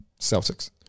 Celtics